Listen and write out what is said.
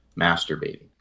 masturbating